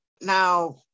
Now